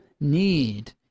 need